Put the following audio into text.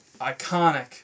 iconic